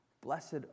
Blessed